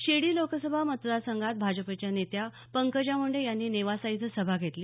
शिर्डी लोकसभा मतदार संघात भाजपाच्या नेत्या पंकजा मुंडे यांनी नेवासा इथं सभा घेतली